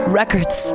records